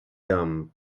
dumb